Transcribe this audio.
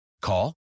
Call